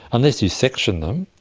unless you section them,